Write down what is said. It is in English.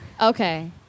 Okay